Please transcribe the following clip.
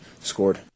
scored